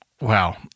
Wow